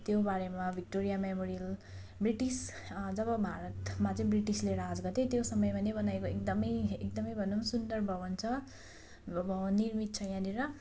त्यो बारेमा Victoria Memorial British जब भारतमा चाहिँ ब्रिटिसले राज गर्थ्यो त्यो समयमा नै बनाएको एकदम एकदम भनौँ सुन्दर भवन छ यो भवन निर्मित छ यहाँनिर